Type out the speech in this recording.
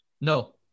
No